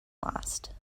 last